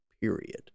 period